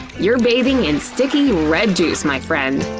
you're bathing in sticky, red juice, my friend.